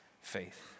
faith